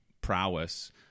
prowess